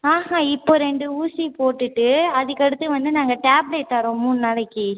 ஆஹ இப்போ ரெண்டு ஊசி போட்டுவிட்டு அதுக்கடுத்து வந்து நாங்கள் டாப்லெட் தரோம் மூணு நாளைக்கு